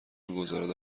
میگذارد